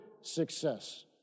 success